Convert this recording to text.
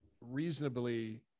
reasonably